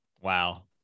Wow